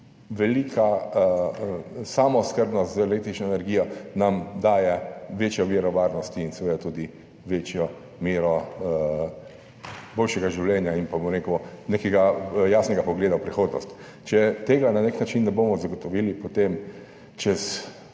velika samooskrbnost z električno energijo nam daje večjo mero varnosti in seveda tudi večjo mero boljšega življenja in nekega jasnega pogleda v prihodnost. Če tega na nek način ne bomo zagotovili, potem